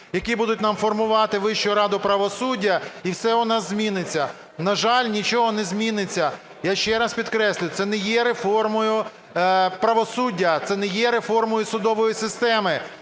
які будуть нам формувати Вищу раду правосуддя, і все у нас зміниться. На жаль, нічого не зміниться. Я ще раз підкреслюю, це не є реформою правосуддя, це не є реформою судової системи,